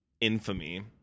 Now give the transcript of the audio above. infamy